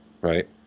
right